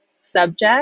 subject